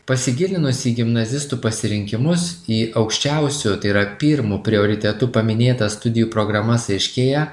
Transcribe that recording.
pasigilinus į gimnazistų pasirinkimus į aukščiausiu tai yra pirmu prioritetu paminėtas studijų programas aiškėja